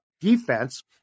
defense